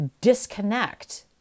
disconnect